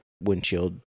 windshield